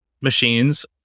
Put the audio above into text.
machines